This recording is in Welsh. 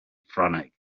ffrangeg